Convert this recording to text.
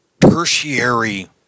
tertiary